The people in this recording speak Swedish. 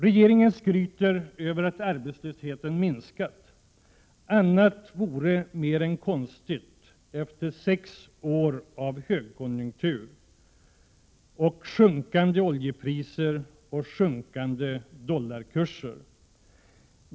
Regeringen skryter över att arbetslösheten har minskat. Annat vore mer än konstigt efter sex år av högkonjunktur, sjunkande oljepriser och sjunkande dollarkurser.